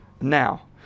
now